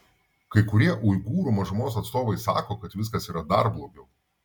kai kurie uigūrų mažumos atstovai sako kad viskas yra dar blogiau